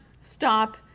stop